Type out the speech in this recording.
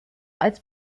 als